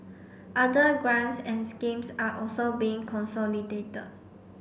other grants and schemes are also being consolidated